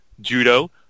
judo